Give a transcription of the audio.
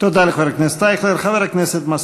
תודה לחבר הכנסת אייכלר.